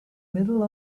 middle